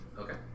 Okay